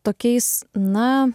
tokiais na